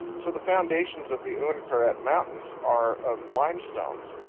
so the foundations of the uinkaret mountains are of limestones,